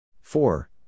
Four